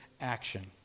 action